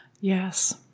Yes